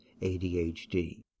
ADHD